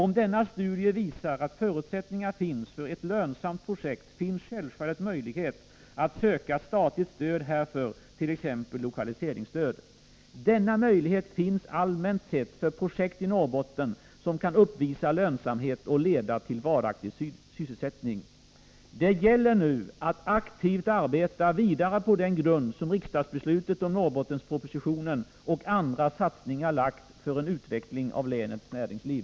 Om denna studie visar att förutsättningar finns för ett lönsamt projekt finns självfallet möjlighet att söka statligt stöd härför, t.ex. lokaliseringsstöd. Denna möjlighet finns allmänt sett för projekt i Norrbotten som kan uppvisa lönsamhet och leda till varaktig sysselsättning. Det gäller nu att aktivt arbeta vidare på den grund som riksdagsbeslutet om Norrbottenspropositionen och andra satsningar lagt för en utveckling av länets näringsliv.